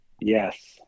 Yes